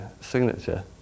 signature